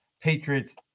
Patriots